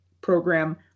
program